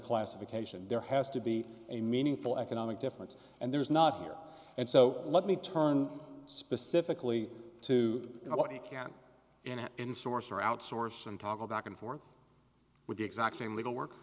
classification there has to be a meaningful economic difference and there is not here and so let me turn specifically to you know what you can and in source or outsource and toggle back and forth with the exact same legal work